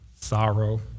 sorrow